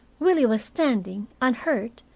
willie was standing unhurt,